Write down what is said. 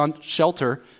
shelter